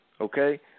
okay